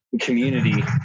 Community